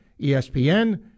ESPN